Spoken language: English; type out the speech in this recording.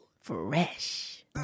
Fresh